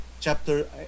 chapter